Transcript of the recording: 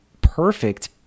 perfect